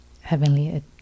heavenly